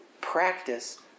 practice